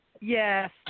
Yes